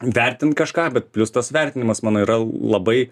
vertint kažką bet plius tas vertinimas mano yra labai